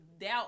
doubt